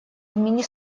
имени